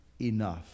enough